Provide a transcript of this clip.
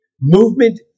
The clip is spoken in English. Movement